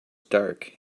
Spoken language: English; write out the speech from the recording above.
dark